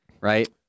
right